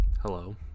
Hello